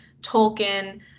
Tolkien